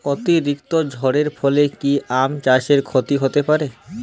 অতিরিক্ত ঝড়ের ফলে কি আম চাষে ক্ষতি হতে পারে?